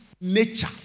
nature